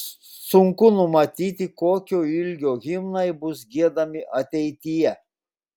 sunku numatyti kokio ilgio himnai bus giedami ateityje